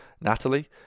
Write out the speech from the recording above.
natalie